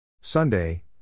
Sunday